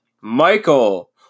Michael